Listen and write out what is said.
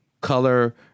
color